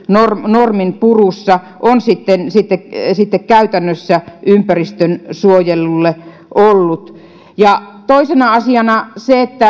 norminpurussa on sitten sitten käytännössä ympäristönsuojelulle ollut ja toisena asiana se että